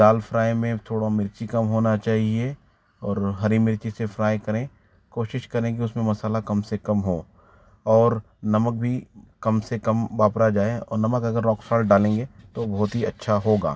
दाल fry में थोड़ा मिर्ची कम होना चाहिए और हरी मिर्ची से फ़्राय करें कोशिश करें कि उसमें मसाला कम से कम हो और नमक भी कम से कम वापरा जाए और नमक अगर रॉक साल्ट डालेंगे तो बहुत ही अच्छा होगा